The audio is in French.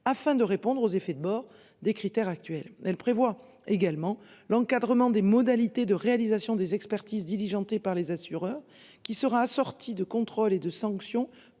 afin de répondre aux effets de bord des critères actuels. Elle prévoit également l'encadrement des modalités de réalisation des expertises diligentées par les assureurs qui sera assorti de contrôles et de sanctions